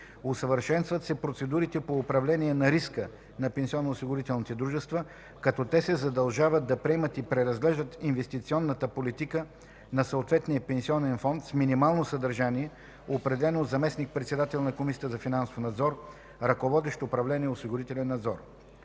Усъвършенстват се процедурите по управление на риска на пенсионноосигурителните дружества като те се задължават да приемат и преразглеждат инвестиционната политика на съответния пенсионен фонд, с минимално съдържание, определено от заместник-председателя на Комисията за финансов надзор, ръководещ Управление „Осигурителен надзор”.